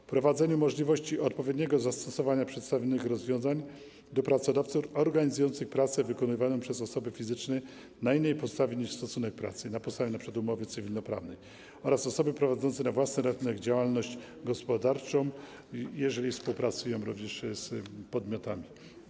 Wprowadzenie możliwości odpowiedniego zastosowania przedstawionych rozwiązań do pracodawców organizujących pracę wykonywaną przez osoby fizyczne na innej podstawie niż stosunek pracy, np. na podstawie umowy cywilnoprawnej, oraz osoby prowadzące na własny rachunek działalność gospodarczą, jeżeli współpracują z tymi podmiotami.